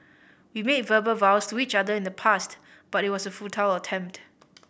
we made verbal vows to each other in the past but it was a futile attempt